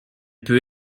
peut